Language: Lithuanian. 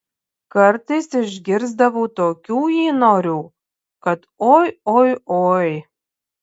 kartais išgirsdavau tokių įnorių kad oi oi oi